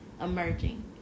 emerging